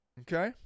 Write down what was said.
Okay